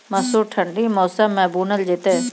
मसूर ठंडी मौसम मे बूनल जेतै?